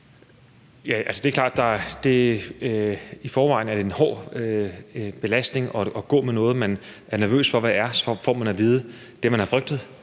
Det er klart, at det i forvejen er en hård belastning at gå med noget, man er nervøs for hvad er, og så få det at vide, man har frygtet,